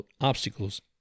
obstacles